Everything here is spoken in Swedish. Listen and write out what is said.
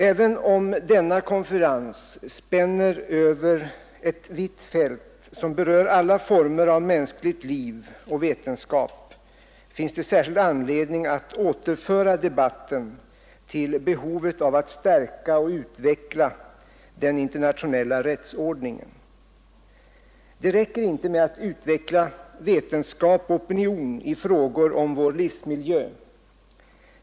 Även om denna konferens spänner Över ett vitt fält, som berör alla former av mänskligt liv och vetenskap, finns det särskild orsak att återföra debatten till behovet av att stärka och utveckla den internationella rättsordningen. Det räcker inte med att utveckla vetenskap och opinion i frågor om vår livsmiljö.